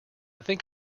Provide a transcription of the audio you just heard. think